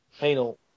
Penal